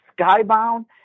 skybound